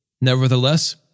Nevertheless